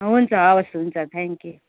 हुन्छ हवस् हुन्छ थ्याङ्क यू